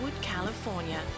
California